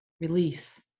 release